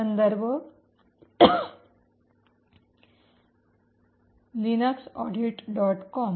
संदर्भ 1 Randomize va space httpslinux audit